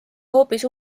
hoopis